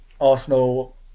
Arsenal